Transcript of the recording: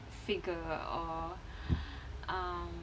figure or um